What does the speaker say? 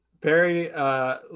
Barry